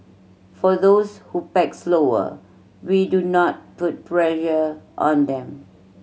for those who pack slower we do not put pressure on them